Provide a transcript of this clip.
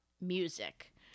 music